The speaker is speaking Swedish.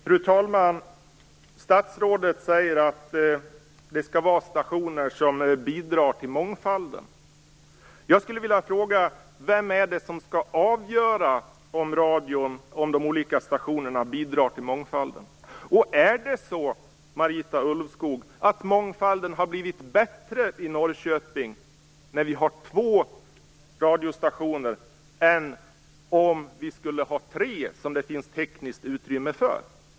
Fru talman! Statsrådet säger att det skall vara stationer som bidrar till mångfalden. Vem skall avgöra om de olika stationerna bidrar till mångfalden? Är det så, Marita Ulvskog, att mångfalden har blivit bättre i Norrköping med två radiostationer än med tre, som det finns tekniskt utrymme för?